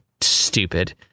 stupid